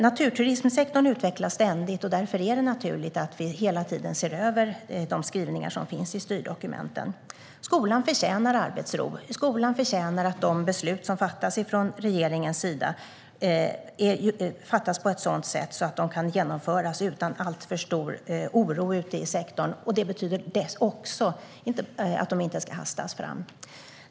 Naturturismsektorn utvecklas ständigt. Därför är det naturligt att vi hela tiden ser över de skrivningar som finns i styrdokumenten. Skolan förtjänar arbetsro och att de beslut som fattas från regeringens sida fattas på ett sådant sätt att de kan genomföras utan alltför stor oro ute i sektorn. Det betyder också att de inte ska hastas fram.